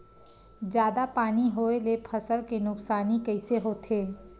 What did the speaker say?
जादा पानी होए ले फसल के नुकसानी कइसे होथे?